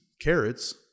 carrots